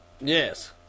Yes